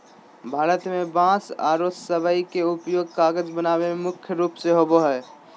भारत में बांस आरो सबई के उपयोग कागज बनावे में मुख्य रूप से होबो हई